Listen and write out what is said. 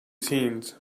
teens